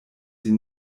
sie